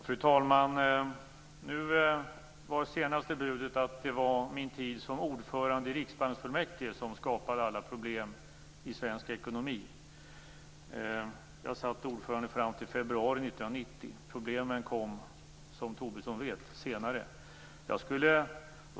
Fru talman! Nu var det senaste budet att det var min tid som ordförande i riksbanksfullmäktige som skapade alla problem i svensk ekonomi. Jag satt ordförande fram till februari 1990. Problemen kom, som Tobisson vet, senare.